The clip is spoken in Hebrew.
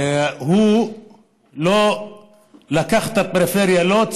בכלל לא הביא את הפריפריה בחשבון,